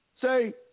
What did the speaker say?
Say